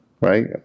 Right